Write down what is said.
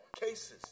cases